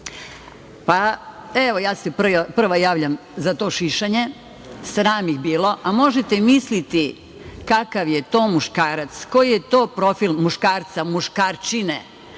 prva se javljam za to šišanje. Sram ih bilo! Možete misliti kakav je to muškarac, koji je to profil muškarca, muškarčine.